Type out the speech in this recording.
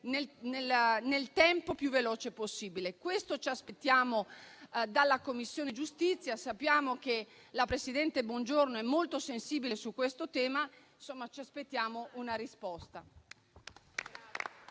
nel tempo più veloce possibile. Questo ci aspettiamo dalla Commissione giustizia; sappiamo che la presidente Bongiorno è molto sensibile su questo tema, quindi ci aspettiamo una risposta.